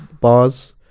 bars